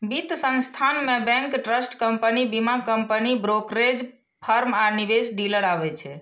वित्त संस्थान मे बैंक, ट्रस्ट कंपनी, बीमा कंपनी, ब्रोकरेज फर्म आ निवेश डीलर आबै छै